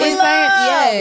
love